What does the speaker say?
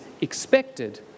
expected